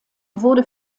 wurde